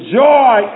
joy